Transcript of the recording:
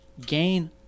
gain